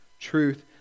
Truth